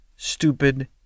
stupid